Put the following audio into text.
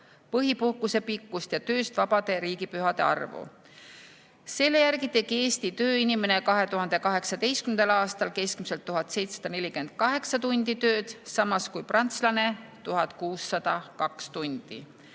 põhipuhkuse pikkust ja tööst vabade riigipühade arvu. Selle järgi tegi Eesti tööinimene 2018. aastal keskmiselt 1748 tundi tööd, samas kui prantslane 1602 tundi.